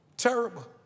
terrible